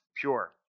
pure